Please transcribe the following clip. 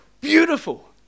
beautiful